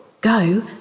Go